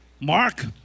Mark